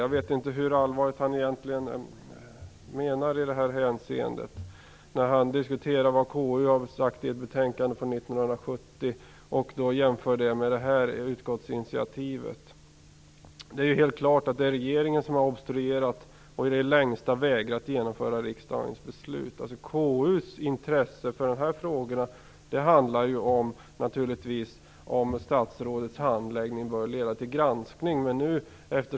Jag vet inte hur allvarligt menat det var när han diskuterade vad KU sade i ett betänkande från 1970 och jämförde det med det här utskottsinitiativet. Det är helt klart att regeringen har obstruerat och i det längsta vägrat genomföra riksdagens beslut. KU:s intresse för dessa frågor handlar naturligtvis om statsrådets handläggning bör leda till granskning.